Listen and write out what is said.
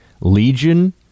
Legion